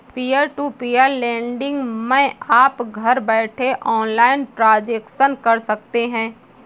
peer to peer lending मै आप घर बैठे ऑनलाइन ट्रांजेक्शन कर सकते है